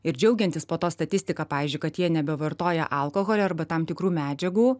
ir džiaugiantis po to statistika pavyzdžiui kad jie nebevartoja alkoholio arba tam tikrų medžiagų